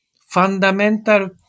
fundamental